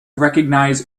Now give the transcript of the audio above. recognize